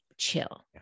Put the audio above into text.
chill